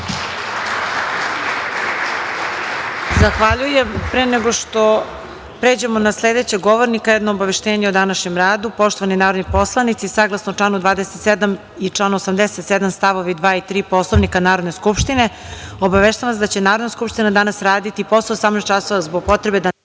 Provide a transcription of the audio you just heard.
Zahvaljujem. Pre nego što pređemo na sledećeg govornika, jedno obaveštenje o današnjem radu. Poštovani narodni poslanici, saglasno članu 27. i članu 87. stavovi 2. i 3. Poslovnika Narodne skupštine, obaveštavam da će Narodna skupština danas raditi i posle 18 časova zbog potrebe